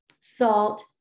Salt